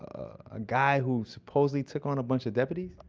ah a guy who supposedly took on a bunch of deputies?